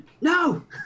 No